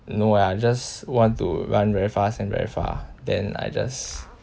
no lah just want to run very fast and very far then I just